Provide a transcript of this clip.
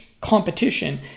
competition